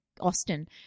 Austin